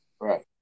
right